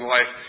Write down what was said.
life